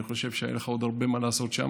אני חושב שהיה לך עוד הרבה מה לעשות שם.